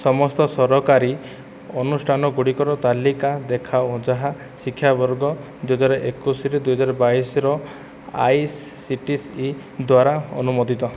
ସମସ୍ତ ସରକାରୀ ଅନୁଷ୍ଠାନ ଗୁଡ଼ିକର ତାଲିକା ଦେଖାଅ ଯାହା ଶିକ୍ଷାବର୍ଗ ଦୁଇ ହଜାର ଏକୋଇଶରୁ ଦୁଇ ହଜାର ବାଇଶର I C T C E ଦ୍ଵାରା ଅନୁମୋଦିତ